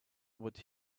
would